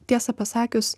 tiesą pasakius